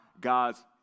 God's